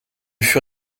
fut